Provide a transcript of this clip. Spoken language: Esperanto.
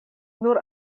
nur